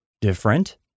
different